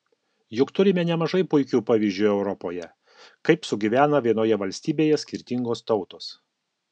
juk turime nemažai puikių pavyzdžių europoje kaip sugyvena vienoje valstybėje skirtingos tautos